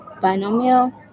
binomial